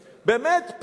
באמת,